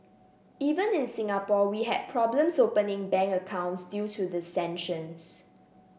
even in Singapore we had problems opening bank accounts due to the sanctions